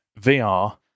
VR